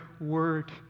word